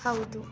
ಹೌದು